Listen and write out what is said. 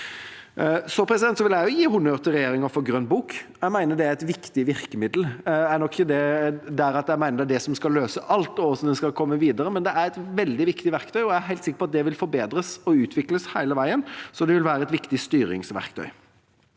målene i 2030. Jeg vil også gi honnør til regjeringa for Grønn bok. Jeg mener det er et viktig virkemiddel. Jeg er nok ikke der at jeg mener det skal løse alt, og hvordan en skal komme videre, men det er et veldig viktig verktøy. Jeg er helt sikker på at det vil forbedres og utvikles hele veien, så det vil være et viktig styringsverktøy.